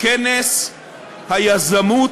כנס היזמות,